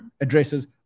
addresses